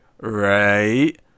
right